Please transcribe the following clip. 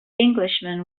englishman